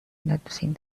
noticing